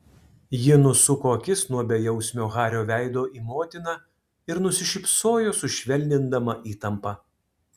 ji nusuko akis nuo bejausmio hario veido į motiną ir nusišypsojo sušvelnindama įtampą